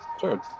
Sure